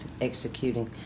executing